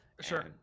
sure